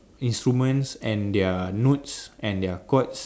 instruments and their notes and their chords